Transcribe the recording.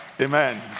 Amen